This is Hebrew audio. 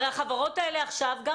הרי גם החברות האלה ספגו